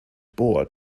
bor